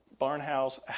Barnhouse